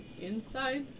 inside